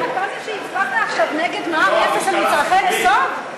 אתה זה שהצבעת עכשיו נגד מע"מ אפס על מצרכי יסוד?